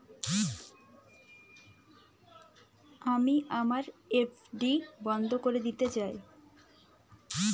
আমি আমার এফ.ডি বন্ধ করে দিতে চাই